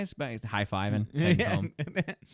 High-fiving